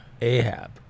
Ahab